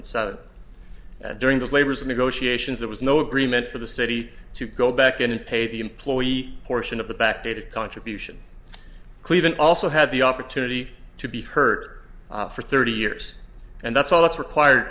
seven during his labors of negotiations there was no agreement for the city to go back in and pay the employee portion of the back dated contribution cleaving also had the opportunity to be heard for thirty years and that's all that's required